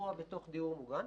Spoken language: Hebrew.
אירוע בתוך דיור מוגן.